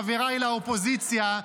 חבריי לאופוזיציה,